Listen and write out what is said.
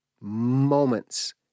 moments